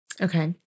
Okay